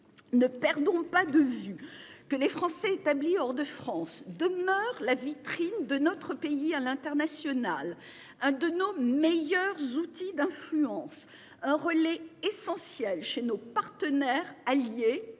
Ne perdons pas de vue que les Français établis hors de France demeure la vitrine de notre pays à l'international. Un de nos meilleurs outils d'influence, un relais essentiel chez nos partenaires alliés